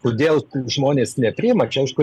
kodėl žmonės nepriima čia aišku